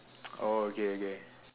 oh okay okay